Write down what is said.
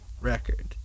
record